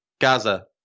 Gaza